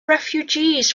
refugees